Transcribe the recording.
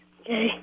Okay